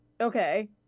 okay